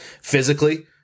physically